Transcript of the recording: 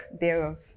thereof